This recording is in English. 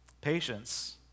Patience